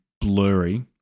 blurry